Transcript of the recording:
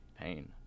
pain